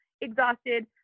exhausted